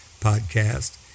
podcast